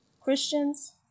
Christians